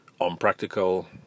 unpractical